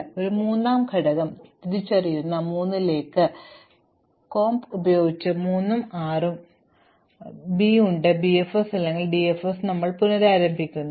അതിനാൽ ഒരു മൂന്നാം ഘടകം തിരിച്ചറിയുന്ന 3 ലേക്ക് കോംപ് ഉപയോഗിച്ച് 3 ആം റ B ണ്ട് ബിഎഫ്എസ് അല്ലെങ്കിൽ ഡിഎഫ്എസ് ഞങ്ങൾ പുനരാരംഭിക്കുന്നു